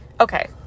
Okay